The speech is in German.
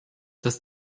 dass